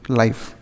life